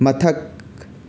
ꯃꯊꯛ